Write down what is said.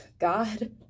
God